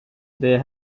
they